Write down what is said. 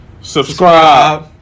subscribe